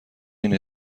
این